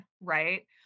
right